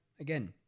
again